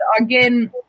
again